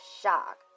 shock